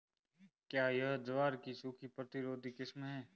क्या यह ज्वार की सूखा प्रतिरोधी किस्म है?